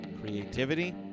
creativity